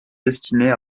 destinées